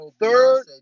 Third